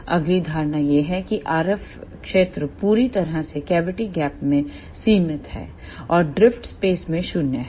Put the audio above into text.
अगली धारणा यह है कि RF क्षेत्र पूरी तरह से कैविटी गैप में सीमित हैं और ड्रिफ्ट स्पेस में शून्य है